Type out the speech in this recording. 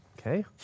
Okay